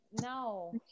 No